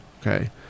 Okay